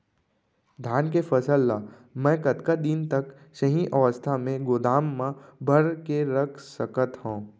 धान के फसल ला मै कतका दिन तक सही अवस्था में गोदाम मा भर के रख सकत हव?